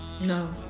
no